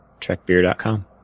trekbeer.com